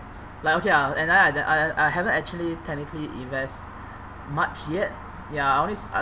like okay uh and then I then I I haven't actually technically invest much yet ya I only s~ I